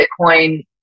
Bitcoin